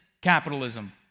capitalism